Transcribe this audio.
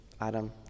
Adam